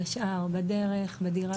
והשאר בדרך, בדירה, בתחבורה ציבורית.